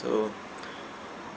so